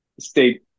stay